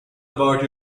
about